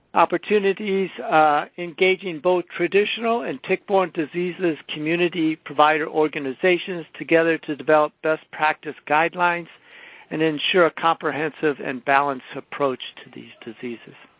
opportunities-engaging both traditional and tick-borne diseases community-provider organizations together to develop best practice guidelines and ensure a comprehensive and balanced approach to these diseases.